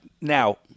Now